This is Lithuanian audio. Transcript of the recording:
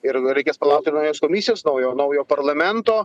ir reikės palaukti naujos komisijos naujo naujo parlamento